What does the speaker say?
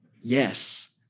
yes